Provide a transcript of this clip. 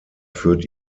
führt